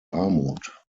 armut